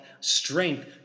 strength